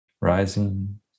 rising